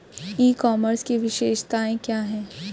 ई commerce की विशेषताएं क्या हैं?